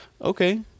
okay